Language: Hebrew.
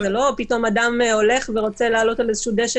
זה לא שפתאום אדם הולך ורוצה לעלות על איזשהו דשא